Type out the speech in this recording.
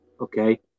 Okay